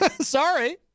Sorry